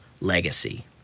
legacy